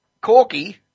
Corky